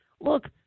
Look